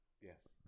Yes